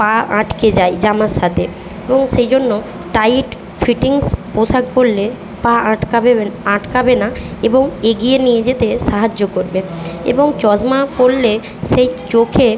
পা আটকে যায় জামার সাতে এবং সেই জন্য টাইট ফিটিংস পোশাক পরলে পা আটকাবেবে আটকাবে না এবং এগিয়ে নিয়ে যেতে সাহায্য করবে এবং চশমা পরলে সেই চোখে